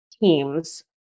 teams